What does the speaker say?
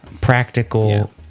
Practical